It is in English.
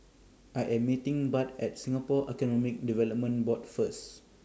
I Am meeting Bud At Singapore Economic Development Board First